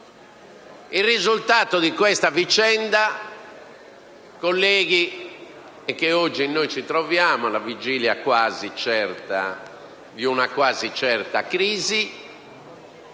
Il risultato di questa vicenda, colleghi, è che oggi noi ci troviamo, alla vigilia quasi certa di